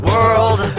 World